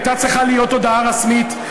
הייתה צריכה להיות הודעה רשמית,